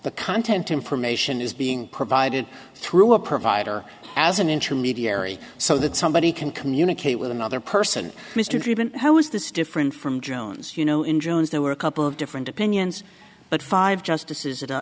the content information is being provided through a provider as an intermediary so that somebody can communicate with another person how is this different from jones you know in jones there were a couple of different opinions but five justice